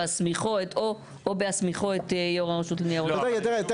בהסמיכו את יו"ר רשות לניירות ערך --- תגידו